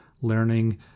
learning